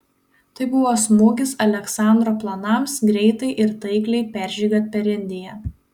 tai buvo smūgis aleksandro planams greitai ir taikiai peržygiuoti per indiją